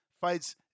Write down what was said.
fights